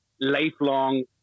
lifelong